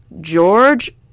George